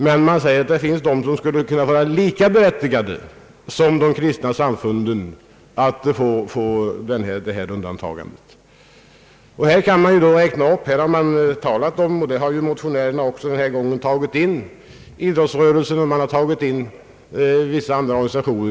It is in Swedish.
Utskottet anför att det finns de som skulle kunna vara lika berättigade som de kristna samfunden att få denna förmån. Man talar i detta sammanhang också om idrottsrörelsen och vissa andra organisationer.